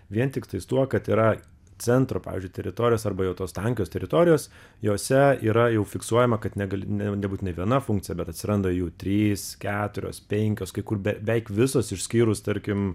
vien tiktais tuo kad yra centro pavyzdžiui teritorijos arba jau tos tankios teritorijos jose yra jau fiksuojama kad negali ne nebūtinai viena funkcija bet atsiranda jų trys keturios penkios kai kur beveik visos išskyrus tarkim